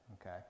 okay